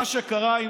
מה שקרה עם